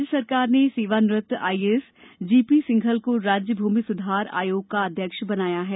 राज्य सरकार ने सेवानिवृत्त आईएएस जी पी सिंघल को राज्य भूमि सुधार आयोग का अध्यक्ष बनाया है